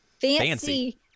fancy